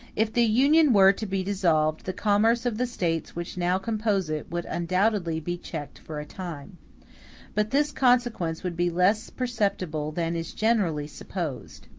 if the union were to be dissolved, the commerce of the states which now compose it would undoubtedly be checked for a time but this consequence would be less perceptible than is generally supposed.